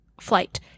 Flight